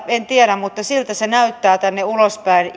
en tiedä mutta siltä se näyttää tänne ulospäin